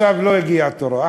לא, אחמד עכשיו לא הגיע תורו.